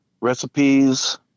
recipes